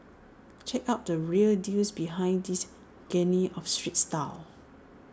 check out the real deals behind this of street style